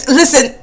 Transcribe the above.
listen